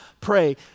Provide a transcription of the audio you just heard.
pray